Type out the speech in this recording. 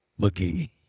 McGee